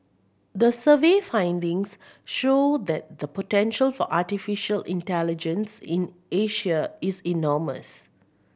the survey findings show that the potential for artificial intelligence in Asia is enormous